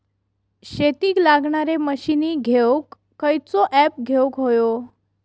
शेतीक लागणारे मशीनी घेवक खयचो ऍप घेवक होयो?